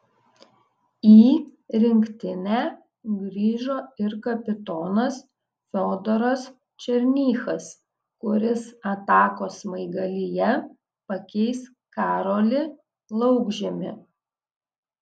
į rinktinę grįžo ir kapitonas fiodoras černychas kuris atakos smaigalyje pakeis karolį laukžemį